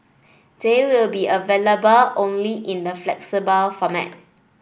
they will be available only in the flexible format